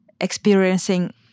experiencing